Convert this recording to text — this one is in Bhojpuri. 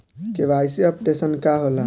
के.वाइ.सी अपडेशन का होला?